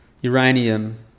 uranium